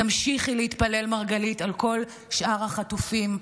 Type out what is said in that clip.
תמשיכי להתפלל על כל שאר החטופים,